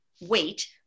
wait